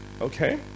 okay